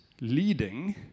leading